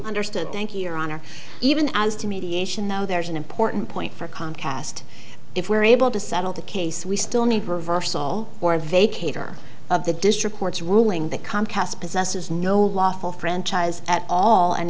understood thank you your honor even as to mediation though there's an important point for comcast if we're able to settle the case we still need perverse all or vacate or of the district court's ruling that comcast possesses no lawful franchise at all and